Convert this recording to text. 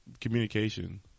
communication